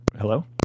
Hello